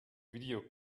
video